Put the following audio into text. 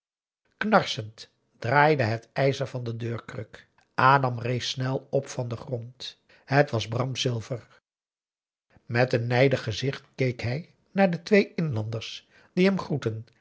knarsend draaide het ijzer van de deurkruk adam rees snel op van den grond het was bram silver met een nijdig gezicht keek hij naar de twee inlanders die hem groetten